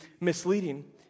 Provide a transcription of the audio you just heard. misleading